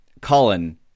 Colin